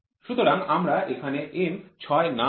সুতরাং আমরা এখানে M৬ নাট M৬ বোল্ট বলি